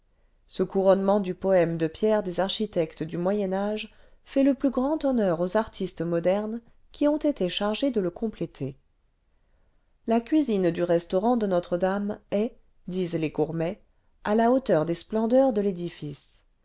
ce couronnement du poème de pierre des architectes du moyen âge fait le plus grand bonneùr aux artistes modernes qui ont été chargés de le compléter la cuisine du restaurant de notre-dame est disent les gourmets à la hauteur des splendeurs de l'édifice